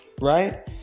right